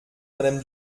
madame